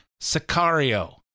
Sicario